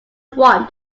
won